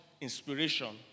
inspiration